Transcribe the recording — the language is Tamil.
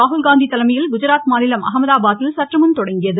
ராகுல்காந்தி தலைமையில் குஜராத் மாநிலம் அஹமதாபாதில் சற்றுமுன் தொடங்கியது